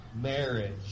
marriage